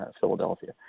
Philadelphia